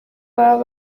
baba